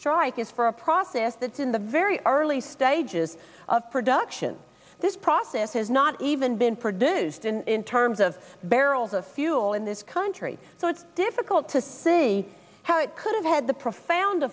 strike is for a process that in the very early stages of production this process has not even been produced in terms of barrels of fuel in this country so it's difficult to see how it could have had the profound